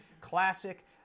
Classic